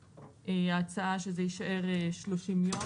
ההצעה היא שזה יישאר 30 יום,